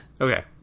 okay